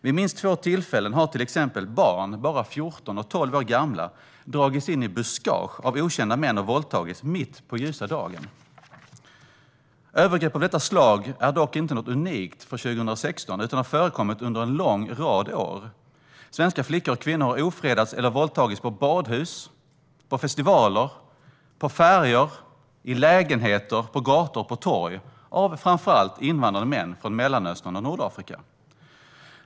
Vid minst två tillfällen har till exempel barn, bara 14 och 12 år gamla, dragits in i buskage av okända män och våldtagits mitt på ljusa dagen. Övergrepp av detta slag är dock inte något unikt för 2016 utan har förekommit under en lång rad år. Svenska flickor och kvinnor har ofredats eller våldtagits på badhus, på festivaler, på färjor, i lägenheter, på gator och på torg av framför allt invandrade män från Mellanöstern och Nordafrika.